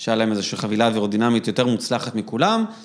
‫שהיה להם איזושהי חבילה אווירודינמית ‫יותר מוצלחת מכולם.